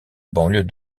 banlieue